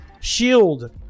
Shield